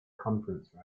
conference